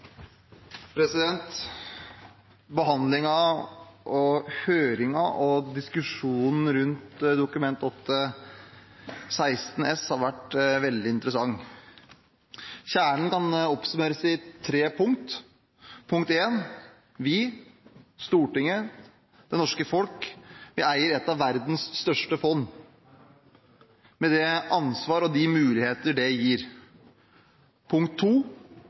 og diskusjonen rundt Dokument 8:16 S har vært veldig interessant. Kjernen kan oppsummeres i tre punkter. Punkt 1: Vi, Stortinget, det norske folk, eier et av verdens største fond, med det ansvar og de muligheter det gir. Punkt